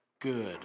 good